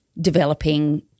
developing